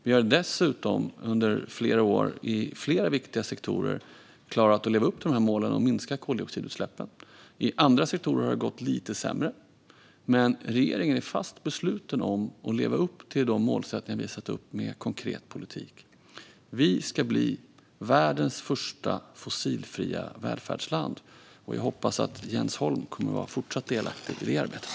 Vi har dessutom under flera år inom flera viktiga sektorer klarat att leva upp till dessa mål och minskat koldioxidutsläppen. I andra sektorer har det gått lite sämre. Men regeringen är fast besluten att leva upp till de målsättningar vi har satt upp genom konkret politik. Vi ska bli världens första fossilfria välfärdsland. Jag hoppas att Jens Holm fortsatt kommer att vara delaktig i det arbetet.